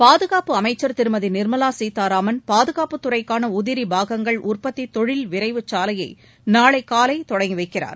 பாதுகாப்பு அமைச்சர் திருமதி நிர்மலா சீதாராமன் பாதுகாப்புத் துறைக்கான உதிரி பாகங்கள் உற்பத்தி தொழில் விரைவுச் சாலையை நாளை காலை தொடங்கி வைக்கிறார்